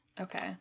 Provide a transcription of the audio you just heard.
Okay